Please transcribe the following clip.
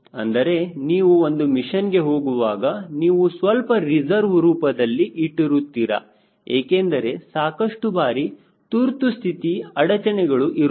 ಅಂದರೆ ನೀವು ಒಂದು ಮಿಷನ್ಗೆ ಹೋಗುವಾಗ ನೀವು ಸ್ವಲ್ಪ ರಿಸರ್ವ್ ರೂಪದಲ್ಲಿ ಇಟ್ಟಿರುತ್ತೀರಾ ಏಕೆಂದರೆ ಸಾಕಷ್ಟು ಬಾರಿ ತುರ್ತುಸ್ಥಿತಿ ಅಡಚಣೆಗಳು ಇರುತ್ತವೆ